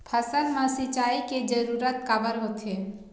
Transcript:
फसल मा सिंचाई के जरूरत काबर होथे?